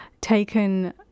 taken